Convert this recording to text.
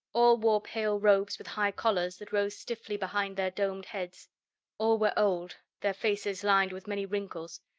all wore pale robes with high collars that rose stiffly behind their domed heads all were old, their faces lined with many wrinkles,